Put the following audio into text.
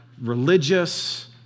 religious